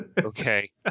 Okay